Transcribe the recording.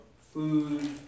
food